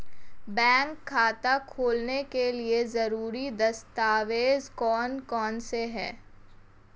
Bank खाता खोलने के लिए ज़रूरी दस्तावेज़ कौन कौनसे हैं?